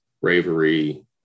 bravery